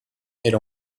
era